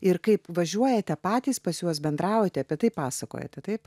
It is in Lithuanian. ir kaip važiuojate patys pas juos bendraujate apie tai pasakojate taip